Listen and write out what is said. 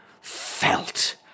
felt